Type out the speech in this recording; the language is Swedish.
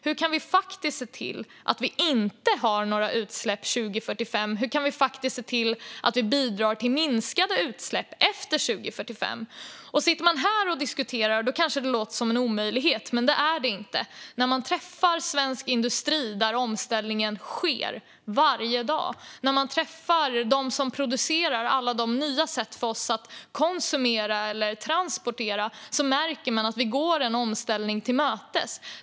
Det handlar om hur vi kan se till att vi inte har några utsläpp 2045 och att vi bidrar till minskade utsläpp efter 2045. Står man här och diskuterar kanske detta låter som en omöjlighet, men det är det inte. När man träffar svensk industri, där omställningen sker varje dag, och när man träffar dem som skapar alla nya sätt för oss att konsumera eller transportera märker man att vi går en omställning till mötes.